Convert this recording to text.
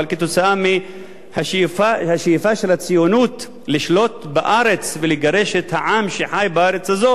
אבל בגלל השאיפה של הציונות לשלוט בארץ ולגרש את העם שחי בארץ הזאת